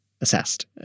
assessed